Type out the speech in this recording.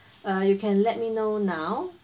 uh you can let me know now